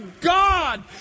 God